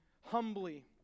humbly